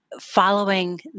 following